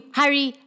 hurry